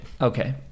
Okay